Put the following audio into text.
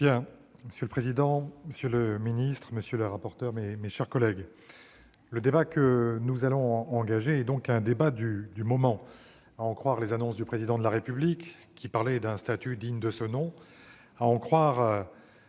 Monsieur le président, monsieur le ministre, mes chers collègues, le débat que nous allons engager est un débat du moment à en croire les annonces du Président de la République, qui parlait d'un « statut digne de ce nom », à en croire